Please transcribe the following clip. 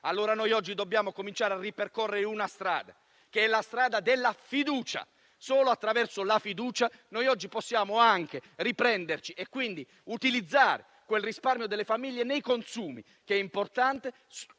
Noi oggi dobbiamo cominciare a ripercorrere una strada, che è quella della fiducia. Solo attraverso la fiducia noi oggi possiamo riprenderci, utilizzando quel risparmio delle famiglie nei consumi, che è un fatto